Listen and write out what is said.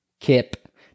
Kip